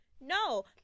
No